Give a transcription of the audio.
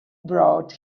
brought